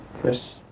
Chris